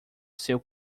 seu